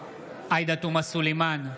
עאידה תומא סלימאן,